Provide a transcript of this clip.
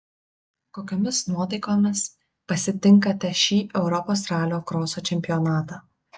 kokiomis nuotaikomis pasitinkate šį europos ralio kroso čempionatą